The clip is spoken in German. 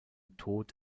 tod